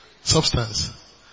Substance